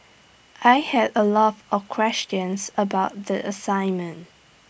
I had A lot of questions about the assignment